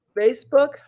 Facebook